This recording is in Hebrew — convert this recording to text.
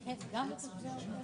ואם בן הזוג אינו עובד או עובד עצמאי,